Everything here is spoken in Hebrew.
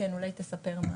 כן, אולי תגיד כמה